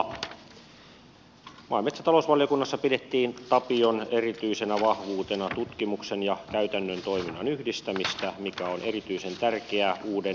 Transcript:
maa ja metsätalousvaliokunnassa pidettiin tapion erityisenä vahvuutena tutkimuksen ja käytännön toiminnan yhdistämistä mikä on erityisen tärkeää uuden biotalousstrategian toimeenpanon kannalta